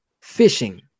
fishing